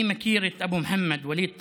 אני מכיר את אבו מוחמד, ווליד טאהא,